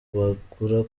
bagura